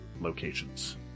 locations